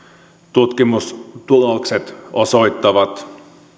tutkimustulokset osoittavat